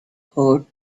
heart